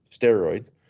steroids